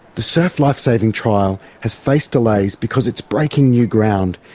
the surf lifesaving trial has faced delays because it's breaking new ground,